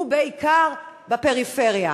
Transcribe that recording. ובעיקר בפריפריה.